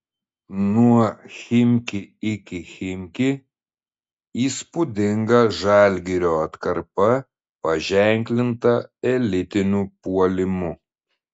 nuo chimki iki chimki įspūdinga žalgirio atkarpa paženklinta elitiniu puolimu